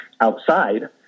outside